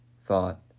thought